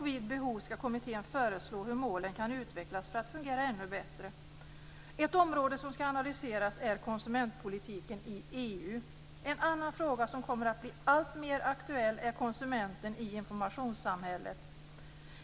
Vid behov ska kommittén föreslå hur målen kan utvecklas för att fungera ännu bättre. Ett område som ska analyseras är konsumentpolitiken i EU. En annan fråga som kommer att bli alltmer aktuell är konsumenten i informationssamhället.